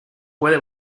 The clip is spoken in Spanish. puede